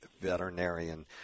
Veterinarian